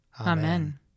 Amen